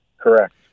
Correct